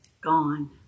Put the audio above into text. Gone